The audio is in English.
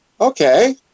okay